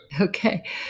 okay